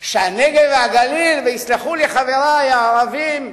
שהנגב והגליל, ויסלחו לי חברי הערבים,